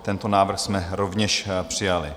Tento návrh jsme rovněž přijali.